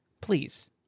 please